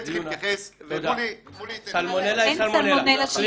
סלמונלה היא סלמונלה.